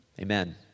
Amen